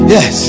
Yes